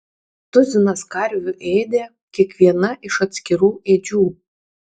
tuzinas karvių ėdė kiekviena iš atskirų ėdžių